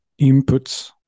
inputs